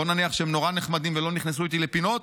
בואו נניח שהם נורא נחמדים ולא נכנסו איתי לפינות,